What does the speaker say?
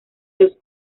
los